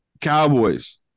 Cowboys